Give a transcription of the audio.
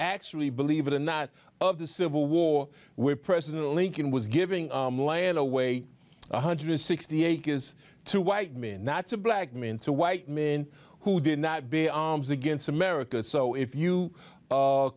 actually believe it or not of the civil war where president lincoln was giving land away one hundred and sixty acres to white men not to black mean to white men who did not be arms against america so if you